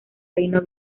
reino